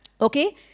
Okay